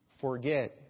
forget